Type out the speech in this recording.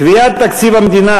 קביעת תקציב המדינה,